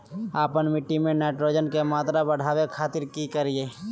आपन मिट्टी में नाइट्रोजन के मात्रा बढ़ावे खातिर की करिय?